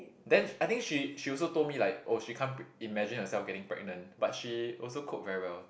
then I think she she also told me like oh she can't pre~ imagine herself getting pregnant but she also cope very well